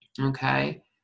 okay